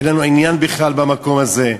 אין לנו עניין בכלל במקום הזה.